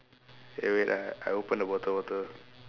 eh wait ah I open the water bottle